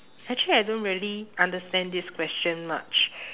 actually I don't really understand this question much